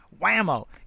whammo